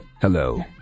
Hello